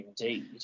indeed